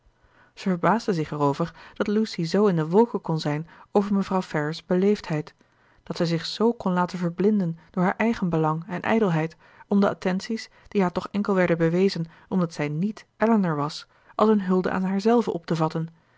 verbaasde zich erover dat lucy zoo in de wolken kon zijn over mevrouw ferrars beleefdheid dat zij zich z kon laten verblinden door haar eigenbelang en ijdelheid om de attenties die haar toch enkel werden bewezen omdat zij niet elinor was als een hulde aan haarzelve op te vatten